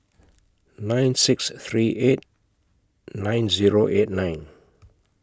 nine six three eight nine Zero eight nine